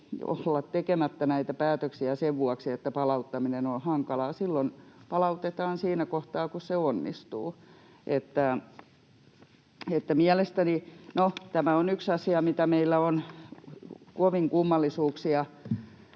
olla tekemättä näitä päätöksiä sen vuoksi, että palauttaminen on hankalaa. Silloin palautetaan siinä kohtaa, kun se onnistuu. Mielestäni tämä on yksi asia, mitä meillä on kovin kummallisuuksia